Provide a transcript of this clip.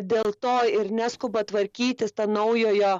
dėl to ir neskuba tvarkytis ten naujojo